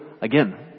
again